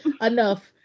enough